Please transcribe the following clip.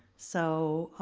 so,